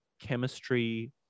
chemistry